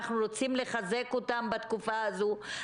אנחנו רוצים לחזק אותם בתקופה הזו,